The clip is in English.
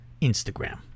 Instagram